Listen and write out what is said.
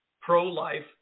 pro-life